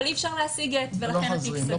אבל אי-אפשר להשיג גט ולכן התיק סגור.